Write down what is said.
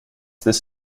this